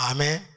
Amen